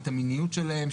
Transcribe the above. את המיניות שלהם,